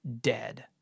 dead